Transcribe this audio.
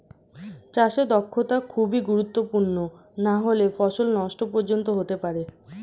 চাষে দক্ষতা খুবই গুরুত্বপূর্ণ নাহলে ফসল নষ্ট পর্যন্ত হতে পারে